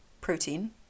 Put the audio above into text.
protein